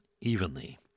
evenly